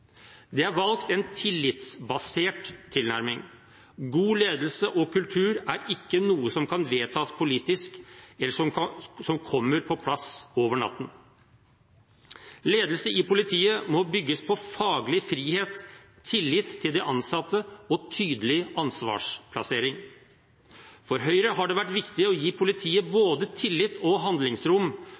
Det er valgt en tillitsbasert tilnærming. God ledelse og kultur er ikke noe som kan vedtas politisk eller noe som kommer på plass over natten. Ledelse i politiet må bygges på faglig frihet, tillit til de ansatte og tydelig ansvarsplassering. For Høyre har det vært viktig å gi politiet både tillit og handlingsrom